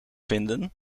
vinden